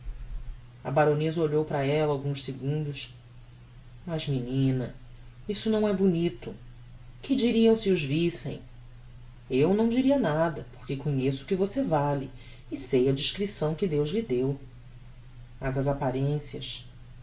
a baroneza olhou para ella alguns segundos mas menina isso não é bonito que diriam se os vissem eu não diria nada porque conheço o que você vale e sei a discrição que deus lhe deu mas as apparencias